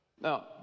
Now